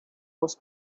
was